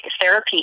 therapy